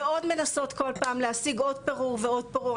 ועוד מנסות כל פעם להשיג עוד פרור ועוד פרור,